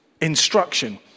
instruction